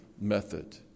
method